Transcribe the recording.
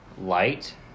light